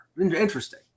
interesting